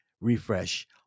refresh